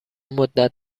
مدّت